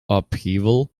upheaval